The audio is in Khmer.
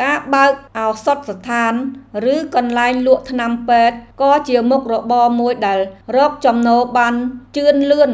ការបើកឱសថស្ថានឬកន្លែងលក់ថ្នាំពេទ្យក៏ជាមុខរបរមួយដែលរកចំណូលបានជឿនលឿន